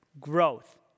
growth